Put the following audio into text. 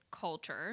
culture